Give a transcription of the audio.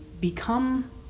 become